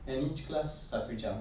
and each class satu jam